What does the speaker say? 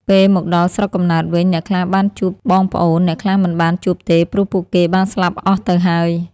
ពេលមកដល់ស្រុកកំណើតវិញអ្នកខ្លះបានជួបបងប្អូន អ្នកខ្លះមិនបានជួបទេព្រោះពួកគេបានស្លាប់អស់ទៅហើយ។